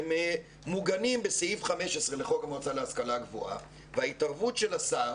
מעוגנת בסעיף 15 לחוק המועצה להשכלה גבוהה וההתערבות של השר